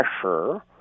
pressure